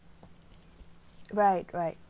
right right